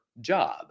job